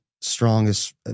strongest